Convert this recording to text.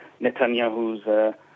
Netanyahu's